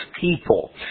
people